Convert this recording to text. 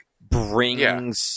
brings